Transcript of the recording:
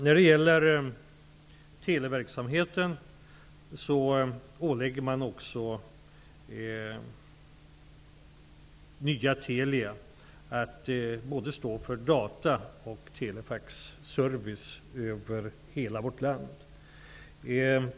När det gäller televerksamheten har nya Telia ålagts att stå för både data och telefaxservice över hela vårt land.